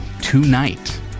tonight